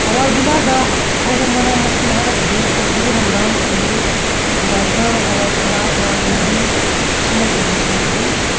ꯊꯧꯕꯥꯜ ꯖꯤꯜꯂꯥꯗ ꯍꯧꯕ ꯃꯅꯥ ꯃꯁꯤꯡ ꯍꯥꯏꯔꯒꯗꯤ ꯀꯣꯕꯤ ꯍꯪꯒꯥꯝ ꯑꯂꯨ ꯒꯥꯖꯔ ꯍꯋꯥꯏ ꯊꯔꯥꯛ ꯍꯋꯥꯏ ꯃꯨꯕꯤ ꯑꯁꯤꯅꯆꯤꯡꯕꯁꯤꯡ ꯁꯤꯅꯤ